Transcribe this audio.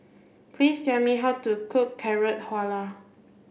please tell me how to cook Carrot Halwa